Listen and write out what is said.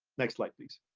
next slide please.